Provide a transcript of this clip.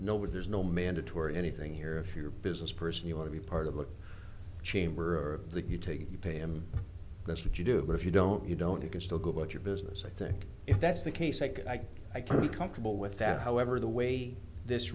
where they're no mandatory anything here if your business person you want to be part of a chamber or that you take it you pay them that's what you do but if you don't you don't you can still go about your business i think if that's the case like i i can be comfortable with that however the way this